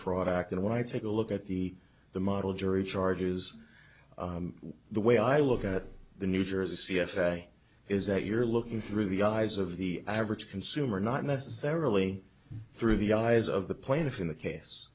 fraud act and i take a look at the the model jury charges the way i look at the new jersey c f a is that you're looking through the eyes of the average consumer not necessarily through the eyes of the plaintiff in the case